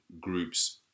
groups